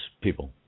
people